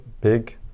big